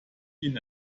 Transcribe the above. ihnen